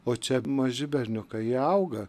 o čia maži berniukai jie auga